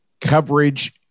coverage